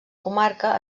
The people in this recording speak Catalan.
comarca